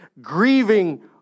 grieving